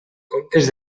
comptes